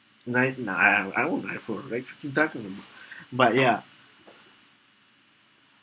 nine nah I I I won't when I feel as rich to tycoon but ya